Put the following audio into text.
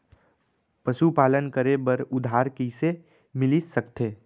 पशुपालन करे बर उधार कइसे मिलिस सकथे?